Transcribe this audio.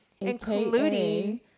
including